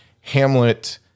Hamlet